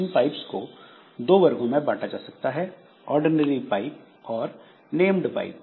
इन pipes को दो वर्गों में बांटा जा सकता है ऑर्डिनरी पाइप और नेम्ड पाइप